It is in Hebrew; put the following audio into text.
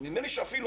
ושם השופט